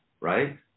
right